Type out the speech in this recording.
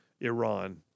Iran